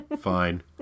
Fine